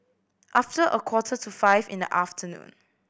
after a quarter to five in the afternoon